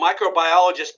microbiologist